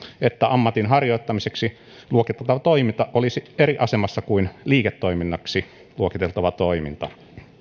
että ammatinharjoittamiseksi luokiteltava toiminta olisi eri asemassa kuin liiketoiminnaksi luokiteltava toiminta